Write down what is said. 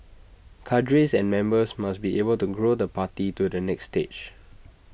cadres and members must be able to grow the party to the next stage